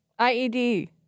IED